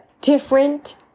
different